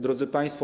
Drodzy Państwo!